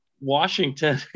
Washington